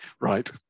right